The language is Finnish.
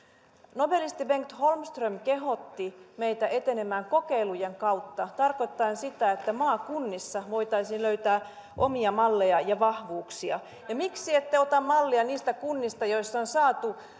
nobelisti bengt holmström kehotti meitä etenemään kokeilujen kautta tarkoittaen sitä että maakunnissa voitaisiin löytää omia malleja ja vahvuuksia miksi ette ota mallia niistä kunnista joissa on saatu